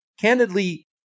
Candidly